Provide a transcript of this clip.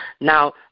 Now